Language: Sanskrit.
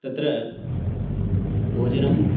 तत्र भोजनम्